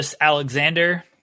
Alexander